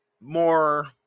more